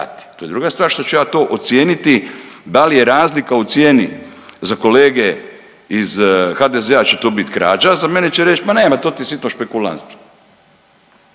To je druga stvar što ću ja to ocijeniti da li je razlika u cijeni, za kolege iz HDZ-a će to bit krađa, za mene će reć ma ne to ti je sitno špekulanstvo,